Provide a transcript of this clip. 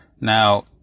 Now